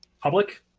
public